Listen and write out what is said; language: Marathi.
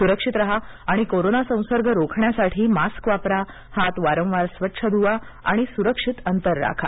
सुरक्षित राहा आणि कोरोना संसर्ग रोखण्यासाठी मास्क वापरा हात वारंवार स्वच्छ धुवा सुरक्षित अंतर ठेवा